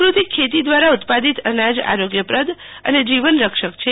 પ્રાકૃતિક ખેતી દ્વારા ઉત્પાદિત અનાજ આરોગ્યપ્રદ અને જીવન રક્ષક છે